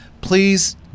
please